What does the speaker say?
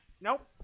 Nope